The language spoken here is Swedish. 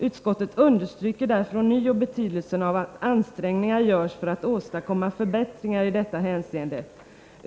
Utskottet understryker därför ånyo betydelsen av att ansträngningar görs för att åstadkomma förbättringar i detta hänseende.